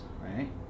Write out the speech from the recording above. right